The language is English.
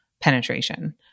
penetration